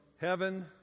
heaven